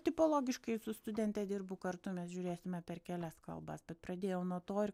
tipologiškai su studente dirbu kartu mes žiūrėsime per kelias kalbas bet pradėjau nuo to ir